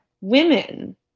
women